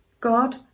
God